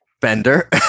Bender